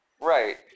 Right